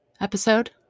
episode